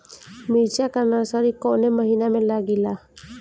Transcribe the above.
मिरचा का नर्सरी कौने महीना में लागिला?